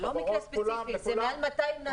זה מעל 200 נהגים.